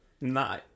no